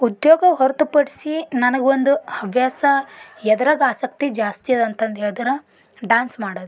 ಉದ್ಯೋಗ ಹೊರ್ತುಪಡ್ಸಿ ನನಗೆ ಒಂದು ಹವ್ಯಾಸ ಎದ್ರಾಗ ಆಸಕ್ತಿ ಜಾಸ್ತಿ ಅದ ಅಂತಂದು ಹೇಳಿದ್ರೆ ಡಾನ್ಸ್ ಮಾಡೋದು